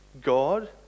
God